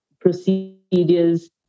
procedures